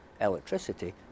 electricity